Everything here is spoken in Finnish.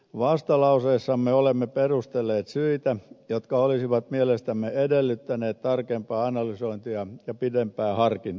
vastalauseessamme olemme perustelleet syitä jotka olisivat mielestämme edellyttäneet tarkempaa analysointia ja pidempää harkintaa